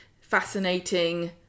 fascinating